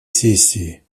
сессии